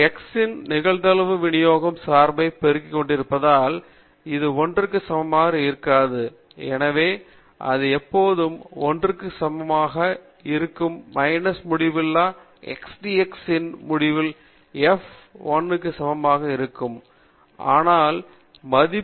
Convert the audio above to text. x இன் நிகழ்தகவு விநியோகம் சார்பை பெருக்கிக் கொண்டிருப்பதால் இது 1 க்கு சமமாக இருக்காது எனவே அது எப்போதும் 1 க்கு சமமாக இருக்காது மைனஸ் முடிவிலா மட்டும் x dx இன் முடிவிலா f 1 க்கு சமமாக இருக்கும் ஆனால் இங்கு மதிப்பு